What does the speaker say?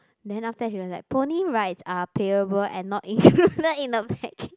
then after that he was like pony rides are payable and not included in the bag